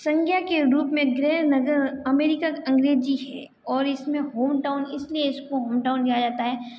संज्ञा के रूप में गृह नगर अमेरिका अंग्रेजी है और इसमें होम टाउन इसलिए इसको होम टाउन दिया जाता है